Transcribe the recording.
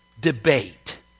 debate